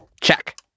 Check